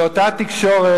זה אותה תקשורת,